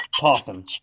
possum